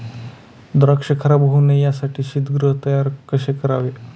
द्राक्ष खराब होऊ नये यासाठी शीतगृह तयार कसे करावे?